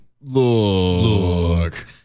Look